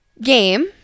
game